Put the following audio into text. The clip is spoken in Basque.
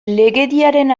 legediaren